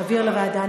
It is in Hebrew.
להעביר לוועדה.